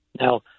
Now